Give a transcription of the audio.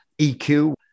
EQ